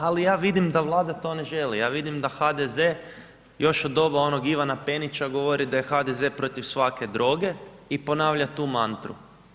Ali ja vidim da Vlada to ne želi, ja vidim da HDZ još od doba onog Ivana Penića govori da je HDZ protiv svake droge i ponavlja tu mantru.